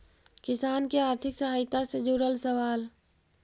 किसान के आर्थिक सहायता से जुड़ल सवाल?